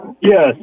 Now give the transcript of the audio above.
Yes